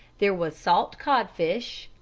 there was salt codfish,